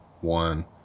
one